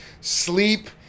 sleep